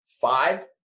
five